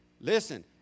Listen